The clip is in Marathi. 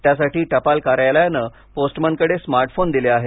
त्यासाठी टपाल कार्यालयानं पोस्टमनकडे स्मार्टफोन दिले आहेत